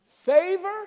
favor